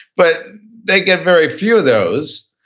but they get very few of those,